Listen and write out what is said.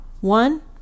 one